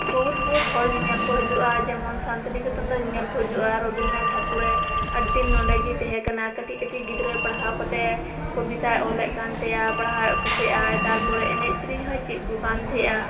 ᱵᱚᱦᱩᱛ ᱵᱚᱦᱩᱛ ᱦᱚᱲ ᱧᱮᱧᱮᱞ ᱠᱚ ᱦᱤᱡᱩᱜᱼᱟ ᱡᱮᱢᱚᱱ ᱥᱟᱱᱛᱤᱱᱤᱠᱮᱛᱚᱱ ᱫᱚ ᱧᱮᱞ ᱠᱚ ᱦᱤᱡᱩᱜᱼᱟ ᱨᱚᱵᱤᱱᱫᱽᱨᱚᱱᱟᱛᱷ ᱴᱷᱟᱠᱩᱨᱮ ᱟᱹᱰᱤ ᱫᱤᱱ ᱱᱚᱰᱮᱜᱮ ᱛᱟᱦᱮᱸ ᱠᱟᱱᱟ ᱠᱟᱴᱤᱜ ᱠᱟᱴᱤᱜ ᱜᱤᱫᱽᱨᱟᱹ ᱯᱟᱲᱦᱟᱣ ᱠᱚ ᱛᱟᱭᱮ ᱠᱚᱵᱤᱛᱟᱭ ᱚᱞᱮᱜ ᱠᱟᱱ ᱛᱟᱦᱮᱸᱜᱼᱟ ᱯᱟᱲᱦᱟᱣᱮᱜ ᱠᱚ ᱛᱟᱦᱮᱸᱜ ᱟᱭ ᱛᱟᱨᱯᱚᱨᱮ ᱮᱱᱮᱡ ᱥᱮᱨᱮᱧ ᱦᱚᱸᱭ ᱪᱮᱫ ᱠᱚ ᱠᱟᱱ ᱛᱟᱦᱮᱸᱫᱼᱟ